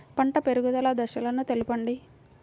పంట పెరుగుదల దశలను తెలపండి?